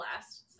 last